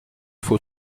faut